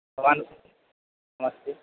भवान् नमस्ते